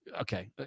okay